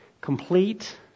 complete